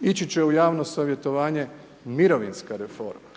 Ići će u javno savjetovanje mirovinska reforma.